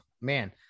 man